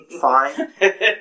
Fine